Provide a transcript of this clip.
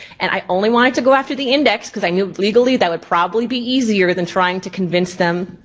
and i only wanted to go after the index cause i knew legally that would probably be easier than trying to convince them,